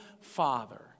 father